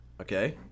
Okay